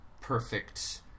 perfect